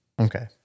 Okay